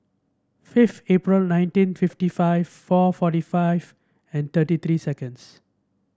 fifth April nineteen fifty five four forty five and thirty three seconds